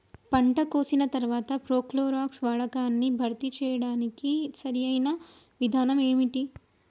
పంట కోసిన తర్వాత ప్రోక్లోరాక్స్ వాడకాన్ని భర్తీ చేయడానికి సరియైన విధానం ఏమిటి?